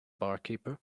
barkeeper